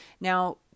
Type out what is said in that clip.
Now